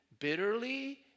bitterly